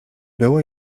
było